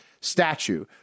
statue